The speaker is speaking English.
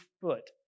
foot